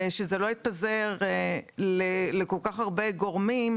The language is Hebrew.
ושזה לא יתפזר לכל כך הרבה גורמים,